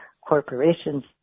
corporations